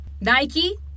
Nike